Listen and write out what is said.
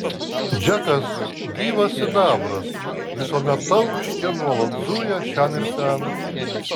džekas gyvas sidabras visuomet tauškia nuolat zuja šen ir ten